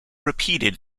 repeated